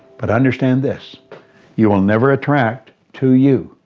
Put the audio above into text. but understand this you will never attract to you,